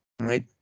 right